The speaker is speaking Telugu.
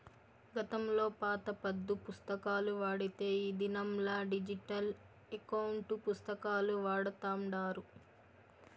గతంలో పాత పద్దు పుస్తకాలు వాడితే ఈ దినంలా డిజిటల్ ఎకౌంటు పుస్తకాలు వాడతాండారు